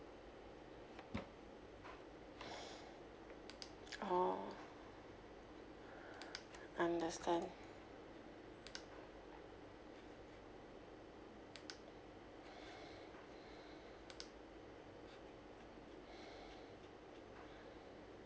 orh understand